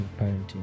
parenting